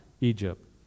Egypt